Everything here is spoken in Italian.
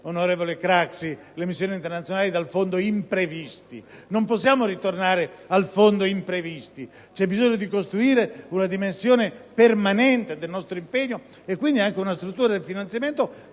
Craxi, erano finanziate dal fondo imprevisti. Non possiamo ritornare al fondo imprevisti; c'è bisogno di costruire una dimensione permanente del nostro impegno e quindi anche una struttura del finanziamento